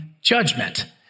judgment